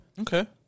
okay